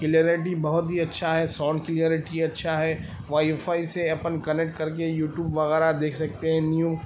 clarity بہت ہی اچھا ہے ساؤنڈ کلیئرٹی اچھا ہے وائی فائی سے اپن کنکٹ کر کے یوٹیوب وغیرہ دیکھ سکتے ہیں نیو